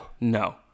No